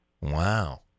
Wow